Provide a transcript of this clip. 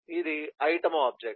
ఇది item object